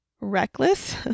reckless